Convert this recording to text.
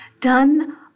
Done